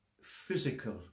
physical